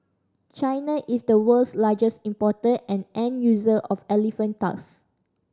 China is the world's largest importer and end user of elephant tusk